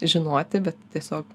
žinoti bet tiesiog